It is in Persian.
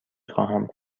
خواهم